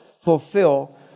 fulfill